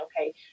okay